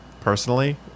personally